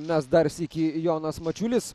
mes dar sykį jonas mačiulis